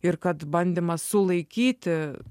ir kad bandymas sulaikyti